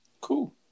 Cool